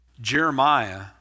Jeremiah